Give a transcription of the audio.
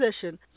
position